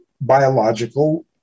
biological